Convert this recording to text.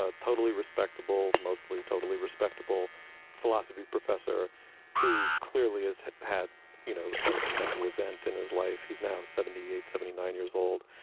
ah totally respectable, mostly totally respectable philosophy professor who clearly has had, you know, a mental event in his life. he's now seventy eight, seventy nine years old.